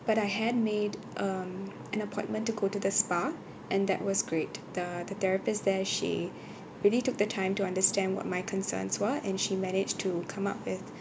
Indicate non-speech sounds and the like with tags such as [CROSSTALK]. but I had made um an appointment to go to the spa and that was great the the therapist there she [BREATH] really took the time to understand what my concerns were and she managed to come up with